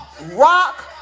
rock